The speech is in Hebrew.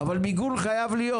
אבל מיגון חייב להיות.